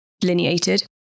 delineated